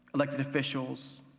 elected officials,